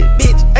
bitch